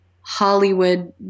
Hollywood